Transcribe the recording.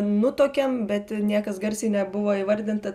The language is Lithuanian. nutuokiam bet niekas garsiai nebuvo įvardinta